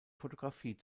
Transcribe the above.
fotografie